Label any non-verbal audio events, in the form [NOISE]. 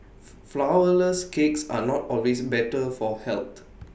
[NOISE] Flourless Cakes are not always better for health